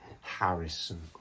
Harrison